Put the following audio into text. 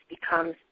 becomes